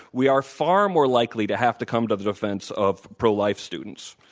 we are far more likely to have to come to the defense of pro life students.